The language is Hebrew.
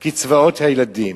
קצבאות הילדים,